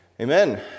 amen